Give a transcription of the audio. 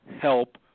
help